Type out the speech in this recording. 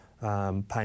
pain